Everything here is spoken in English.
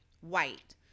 white